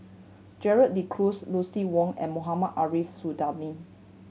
Gerald De Cruz Lucien Wang and Mohamed Ariff Suradi